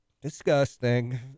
disgusting